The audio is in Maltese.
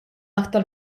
aktar